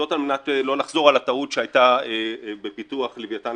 וזאת על מנת לא לחזור על הטעות שהייתה בפיתוח "לוויתן",